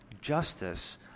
justice